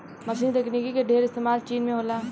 मशीनी तकनीक के ढेर इस्तेमाल चीन में होला